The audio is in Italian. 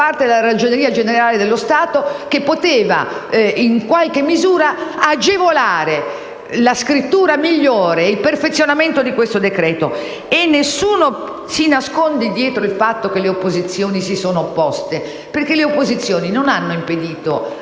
Ragioneria Generale dello Stato, che potevano in qualche misura agevolare una scrittura migliore e il perfezionamento di questo decreto-legge. E nessuno si nasconda dietro il fatto che le opposizioni si sono opposte, perché le opposizioni non hanno impedito